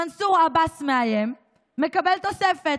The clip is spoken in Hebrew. מנסור עבאס מאיים, מקבל תוספת.